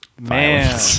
Man